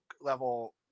level